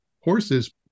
horses